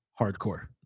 hardcore